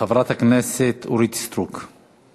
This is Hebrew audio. חברת כנסת אורית סטרוק.